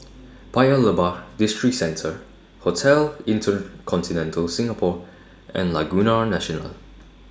Paya Lebar Districentre Hotel InterContinental Singapore and Laguna National